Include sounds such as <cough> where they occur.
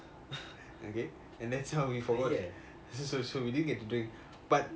<laughs> ஐயா:aiya